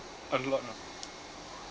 a lot ah